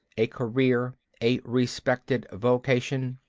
a career, a respected vocation.